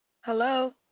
Hello